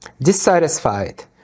Dissatisfied